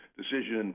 decision